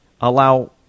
allow